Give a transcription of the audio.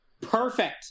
perfect